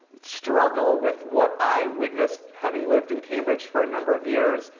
struggle with what i witnessed having lived in cambridge for a number of years.